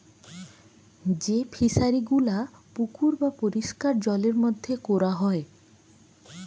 যেই ফিশারি গুলা পুকুর বা পরিষ্কার জলের মধ্যে কোরা হয়